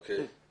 אוקי.